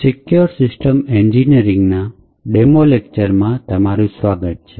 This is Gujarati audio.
સિક્યોર સિસ્ટમ એન્જિનિયરિંગના ડેમો લેક્ચર માં તમારું સ્વાગત છે